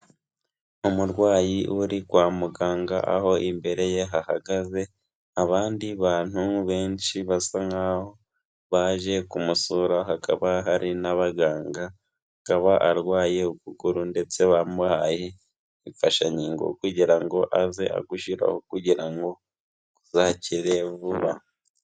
Umurwayi uri kwa muganga, aho imbere ye hahagaze abandi bantu benshi basa nk'aho baje kumusura, hakaba hari n'abaganga akaba arwaye ukuguru ndetse bamuhaye imfashangigo kugira ngo aze agushyiraho kugira ngo kuzakire vuba.